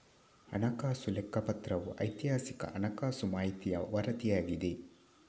ಹಣಕಾಸು ಲೆಕ್ಕಪತ್ರವು ಐತಿಹಾಸಿಕ ಹಣಕಾಸು ಮಾಹಿತಿಯ ವರದಿಯಾಗಿದೆ